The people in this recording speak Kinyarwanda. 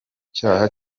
cyaha